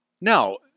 Now